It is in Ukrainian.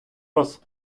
вас